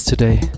today